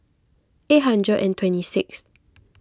eight hundred and twenty sixth